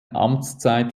amtszeit